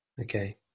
Okay